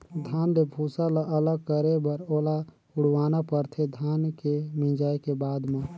धान ले भूसा ल अलग करे बर ओला उड़वाना परथे धान के मिंजाए के बाद म